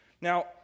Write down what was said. Now